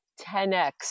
10x